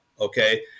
okay